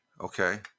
okay